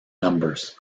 numbers